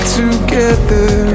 together